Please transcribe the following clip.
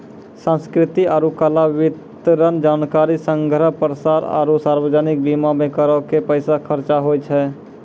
संस्कृति आरु कला, वितरण, जानकारी संग्रह, प्रसार आरु सार्वजनिक बीमा मे करो के पैसा खर्चा होय छै